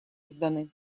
изданы